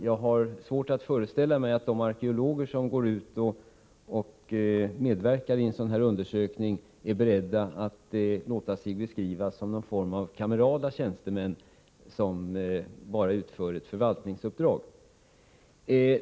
Jag har svårt att föreställa mig att de arkeologer som medverkar i sådana här undersökningar är beredda att låta sig beskrivas som någon form av kamerala tjänstemän, som bara utför ett förvaltningsuppdrag.